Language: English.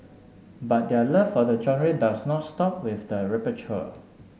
but their love for the genre does not stop with the repertoire